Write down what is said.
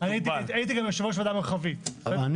-הייתי גם יושב-ראש ועדה מרחבית --- אני